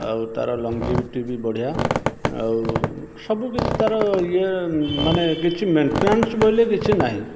ଆଉ ତା'ର ଲଂଗଜିଭିଟି ବି ବଢ଼ିଆ ଆଉ ସବୁ କିଛି ତା'ର ଇଏ ମାନେ କିଛି ମେଣ୍ଟେନାନ୍ସ୍ ବୋଇଲେ କିଛି ନାହିଁ